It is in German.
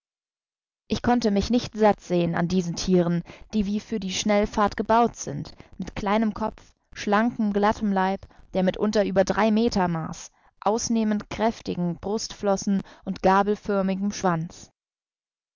ich konnte mich nicht satt sehen an diesen thieren die wie für die schnellfahrt gebaut sind mit kleinem kopf schlankem glattem leib der mitunter über drei meter maß ausnehmend kräftigen brustflossen und gabelförmigem schwanz